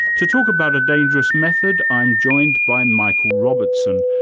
to talk about a dangerous method, i'm joined by michael robertson,